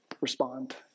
Respond